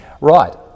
Right